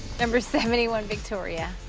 number seventy one, victoria.